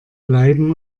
bleiben